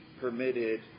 permitted